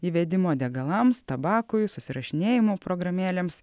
įvedimo degalams tabakui susirašinėjimų programėlėms